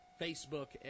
facebook